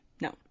No